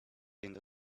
into